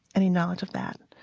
any knowledge of that.